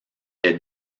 les